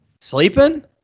Sleeping